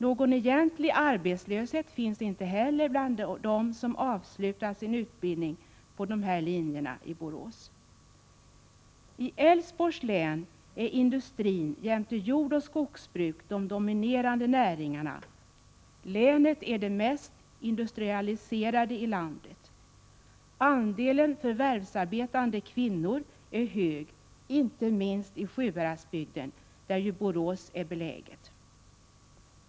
Någon egentlig arbetslöshet finns inte heller bland dem som avslutat sin utbildning på de här linjerna i Borås. I Älvsborgs län är industrin jämte jordoch skogsbruket de dominerande näringarna. Länet är det mest industrialiserade i landet. Andelen förvärvsarbetande kvinnor är hög, inte minst i Sjuhäradsbygden, där ju Borås är beläget.